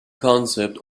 concept